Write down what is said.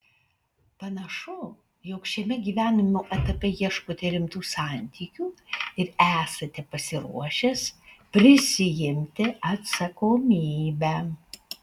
panašu jog šiame gyvenimo etape ieškote rimtų santykių ir esate pasiruošęs prisiimti atsakomybę